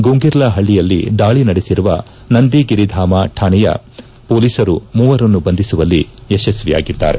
ಗುಂಗಿರ್ಲಹಳ್ಳಿಯಲ್ಲಿ ದಾಳಿ ನಡೆಸಿರುವ ನಂದಿಗಿರಿಧಾಮ ತಾಣೆಯ ಪೊಲೀಸರು ಮೂವರನ್ನು ಬಂಧಿಸುವಲ್ಲಿ ಯಶಸ್ನಿಯಾಗಿದ್ದಾರೆ